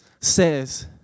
says